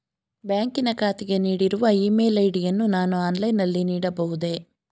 ಬ್ಯಾಂಕಿನ ಖಾತೆಗೆ ನೀಡಿರುವ ಇ ಮೇಲ್ ಐ.ಡಿ ಯನ್ನು ನಾನು ಆನ್ಲೈನ್ ನಲ್ಲಿ ನೀಡಬಹುದೇ?